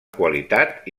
qualitat